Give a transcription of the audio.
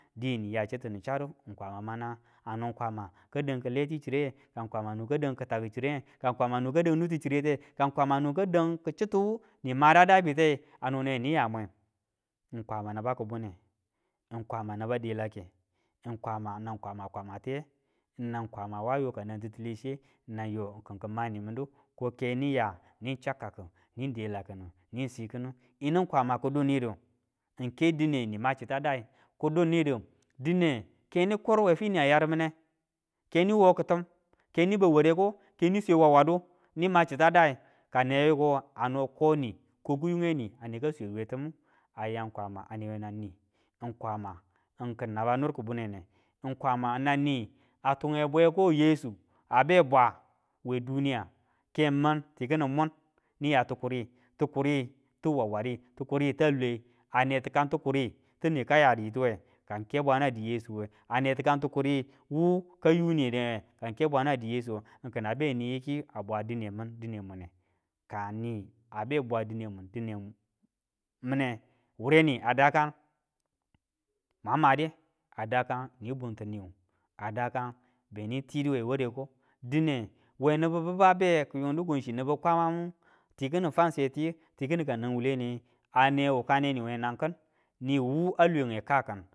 Di ni ya chitu na chadu kwama ma nangang kano kwama ka dang kileti chireye ka kwama no ka dang kitaki chirenge ka ng kwama noka dang nitu chirete ka kwama noka dang chitu ni mada dabite no neni ya me. Ng kwama naba kibune ng kwama naba delake ng kwama nang kwama kwama tiye, nang kwama wa yo kanantile chiye, nan yo kima nimin u ko ke niya ni cha kaku ni milakinu ni si kinu yimu kwama ki dunidu ng ke dine nima chita dai ki dunidu dine keni kur we finiyang yarmine, keni wo ki tim, keni bau ware ko, keni swe wawadu nima chita dai ka newe yuko, ano koni ko kiyunge ni aneka swe du we tim iu. Aya kwama a newe nang ni ng kwama duniya kin naba nur kibunene, ng kwama nan ni a tume bweko yesu a be bwawe kemin tikini mun niya tukuri, tukuri tu wawadi tikuri ta lwe ane ikan tikuri ti mika ya dituwe ka ng ke bwana di yesuwe, ane tikan tikuri wu ka yuni dewa ka ng ke bwana di yesuwe, kina be ni yikiyua bwa dine min dine mune. Kani a be bwa dine mine, di ne mune, wereni a dakan mwan made? a dakan ni bunki niwu, a dakan benin tidu we wareko. Dine we nibu biba be kong chi nibu kwamamu tikini fansetiyu tikini ka nau wuwule niye, ane wuka ne niwe nang kin, niwu a lwenge ka kin.